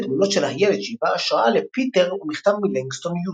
תמונות של הילד שהיווה השראה לפיטר ומכתב מלנגסטון יוז.